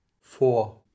Four